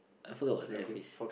I forget about the F phase